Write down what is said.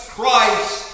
Christ